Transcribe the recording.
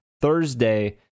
Thursday